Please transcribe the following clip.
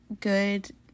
good